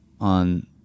on